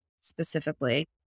specifically